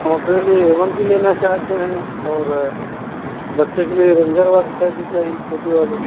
हम अपने लिए ए वन की लेना चाहते हैं और बच्चे के लिए रेंजर वाली साइकिल चाहिए छोटी वाली